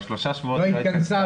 כבר שלושה שבועות היא לא התכנסה.